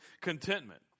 contentment